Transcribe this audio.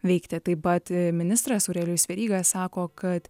veikti taip pat ministras aurelijus veryga sako kad